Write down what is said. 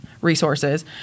resources